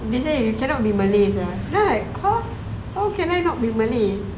they say you cannot be malay sia then I like !huh! how can I not be malay